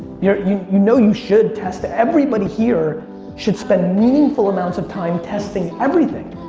yeah you you know you should test, everybody here should spend meaningful amounts of time testing everything.